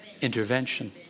Intervention